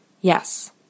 Yes